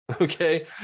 Okay